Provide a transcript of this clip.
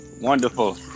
Wonderful